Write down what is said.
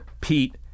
Pete